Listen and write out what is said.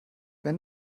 wenn